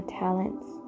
talents